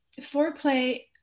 foreplay